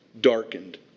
darkened